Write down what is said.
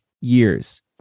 years